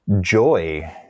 joy